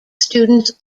students